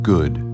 Good